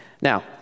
Now